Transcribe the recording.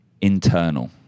internal